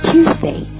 Tuesday